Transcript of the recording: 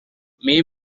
may